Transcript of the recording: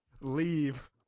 leave